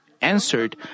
answered